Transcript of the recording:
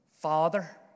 Father